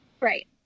Right